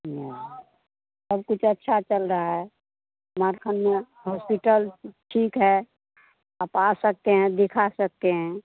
यहाँ सब कुछ अच्छा चल रहा है कुमारखंड में हॉस्पिटल ठीक है आप आ सकते हैं दिखा सकते हैं